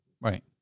Right